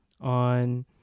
on